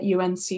UNC